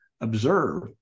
observe